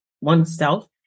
oneself